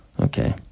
Okay